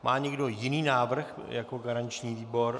Má někdo jiný návrh jako garanční výbor?